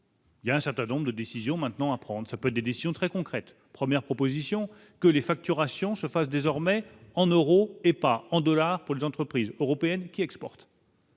Il y a un certain nombre de décisions maintenant à prendre, ça peut être des décisions très concrètes : premières propositions que les facturations se fasse désormais en euros et pas en dollars pour les entreprises européennes qui exportent.